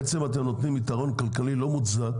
בעצם אתם נותנים יתרון כלכלי לא מוצדק